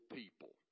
people